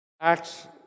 Acts